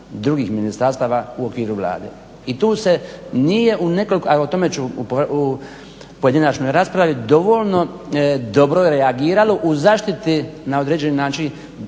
drugih ministarstava u okviru Vlade i tu se nije u nekoliko, a o tome ću u pojedinačnoj raspravi, dovoljno dobro reagiralo u zaštiti na određeni način